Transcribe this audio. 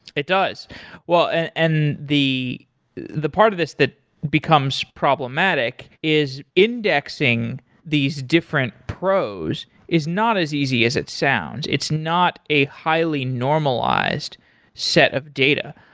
it does and and the the part of this that becomes problematic is indexing these different pros is not as easy as it sounds. it's not a highly normalized set of data.